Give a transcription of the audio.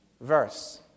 Verse